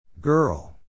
Girl